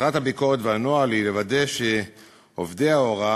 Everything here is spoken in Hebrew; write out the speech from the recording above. מטרת הביקורת והנוהל היא לוודא שעובדי ההוראה